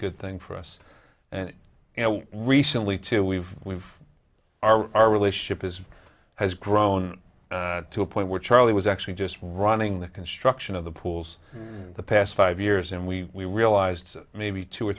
good thing for us and you know recently to we've we've our our relationship is has grown to a point where charlie was actually just running the construction of the pools the past five years and we realized maybe two or